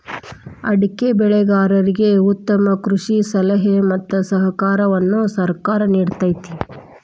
ಅಡಿಕೆ ಬೆಳೆಗಾರರಿಗೆ ಉತ್ತಮ ಕೃಷಿ ಸಲಹೆ ಮತ್ತ ಸಹಕಾರವನ್ನು ಸರ್ಕಾರ ನಿಡತೈತಿ